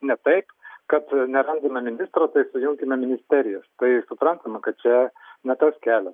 ne taip kad nerandame ministro sujunkime ministerijas tai suprantama kad čia ne tas kelias